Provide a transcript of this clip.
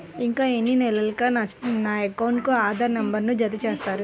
ఇంకా ఎన్ని నెలలక నా అకౌంట్కు ఆధార్ నంబర్ను జత చేస్తారు?